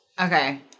Okay